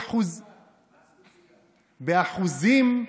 מס מצוין.